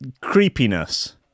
creepiness